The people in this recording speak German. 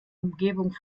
umgebung